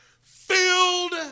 filled